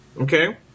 okay